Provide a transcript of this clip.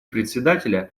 председателя